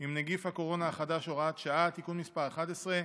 עם נגיף הקורונה החדש (הוראת שעה) (תיקון מס' 11)